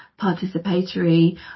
participatory